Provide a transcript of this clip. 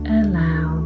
allow